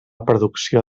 producció